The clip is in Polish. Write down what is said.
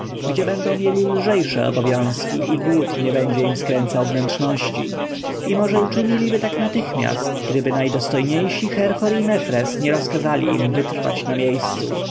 gdzie będą mieli lżejsze obowiązki i głód nie będzie im skręcał wnętrzności i może uczyniliby tak natychmiast gdyby najdostojniejsi herhor i mefres nie rozkazali im wytrwać na miejscu